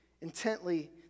intently